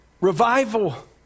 revival